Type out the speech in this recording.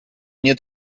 nie